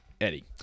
eddie